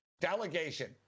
Delegation